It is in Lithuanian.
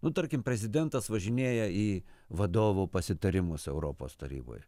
nu tarkim prezidentas važinėja į vadovų pasitarimus europos taryboj